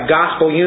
gospel